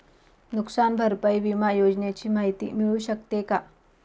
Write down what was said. नुकसान भरपाई विमा योजनेची माहिती मिळू शकते का?